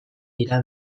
dira